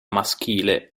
maschile